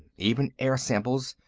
even air samples.